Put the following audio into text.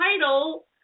title